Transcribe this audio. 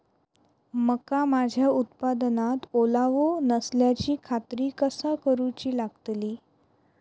मका माझ्या उत्पादनात ओलावो नसल्याची खात्री कसा करुची लागतली?